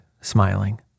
smiling